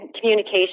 communication